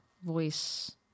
Voice